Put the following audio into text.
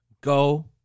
go